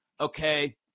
Okay